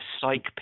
psych